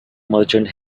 merchant